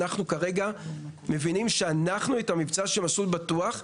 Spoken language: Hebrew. ואנחנו מבינים שאת המבצע של ׳מסלול בטוח׳